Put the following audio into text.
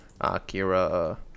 Akira